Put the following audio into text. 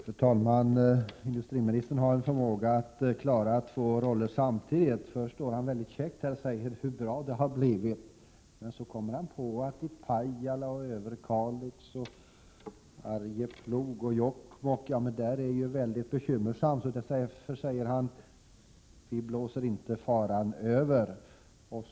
Fru talman! Industriministern har en förmåga att spela två roller samtidigt. Först berättade han käckt om hur bra det har blivit. Men så kom han på att det ju är mycket bekymmersamt i t.ex. Pajala, Överkalix, Arjeplog och Jokkmokk. Därför sade han: Vi blåser inte faran över.